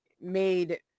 made